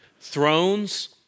thrones